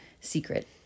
secret